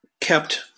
kept